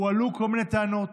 הועלו כל מיני טענות